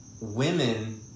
women